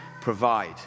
provide